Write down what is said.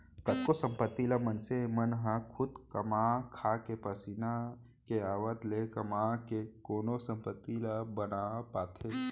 कतको संपत्ति ल मनसे मन ह खुद कमा खाके पसीना के आवत ले कमा के कोनो संपत्ति ला बना पाथे